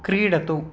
क्रीडतु